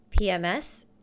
PMS